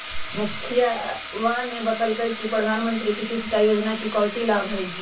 मुखिवा ने बतल कई कि प्रधानमंत्री कृषि सिंचाई योजना के काउची लाभ हई?